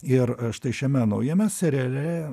ir štai šiame naujame seriale